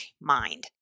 mind